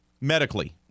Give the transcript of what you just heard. medically